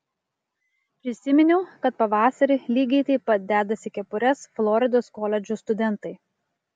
prisiminiau kad pavasarį lygiai taip pat dedasi kepures floridos koledžų studentai